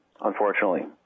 unfortunately